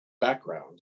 background